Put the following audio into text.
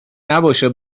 نباشه